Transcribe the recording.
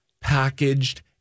packaged